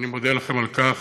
ואני מודה לכם על כך,